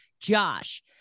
Josh